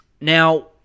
Now